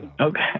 Okay